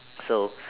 so